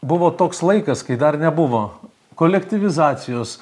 buvo toks laikas kai dar nebuvo kolektyvizacijos